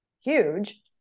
huge